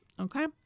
Okay